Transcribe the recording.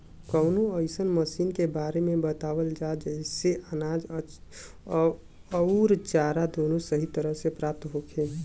कवनो अइसन मशीन के बारे में बतावल जा जेसे अनाज अउर चारा दोनों सही तरह से प्राप्त होखे?